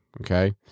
okay